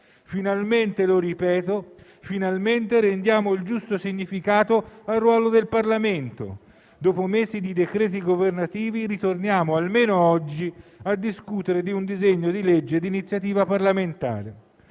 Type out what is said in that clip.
Finalmente - lo ripeto - ridiamo il giusto significato al ruolo del Parlamento: dopo mesi di decreti governativi, torniamo, almeno oggi, a discutere un disegno di legge di iniziativa parlamentare.